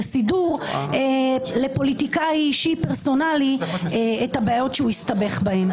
וסידור לפוליטיקאי אישי פרסונלי של הבעיות שהוא הסתבך בהן.